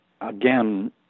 Again